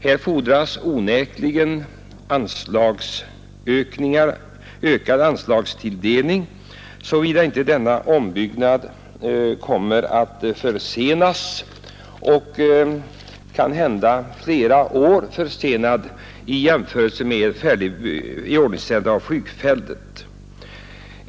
Här fordras onekligen ökad anslagstilldelning, om denna ombyggnad inte skall försenas. Förseningen kan komma att uppgå till flera år i jämförelse med iordningställandet av flygfältet.